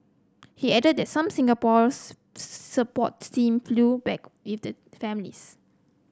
he added that some Singapore's support team flew back with the families